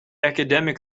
academic